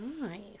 nice